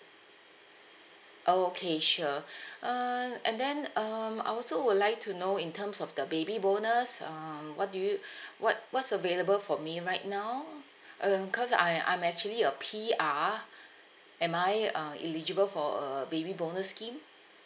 oh okay sure uh and then um I also would like to know in terms of the baby bonus um what do you what what's available for me right now um cause I I'm actually a P_R am I uh eligible for a baby bonus scheme